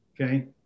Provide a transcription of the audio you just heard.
okay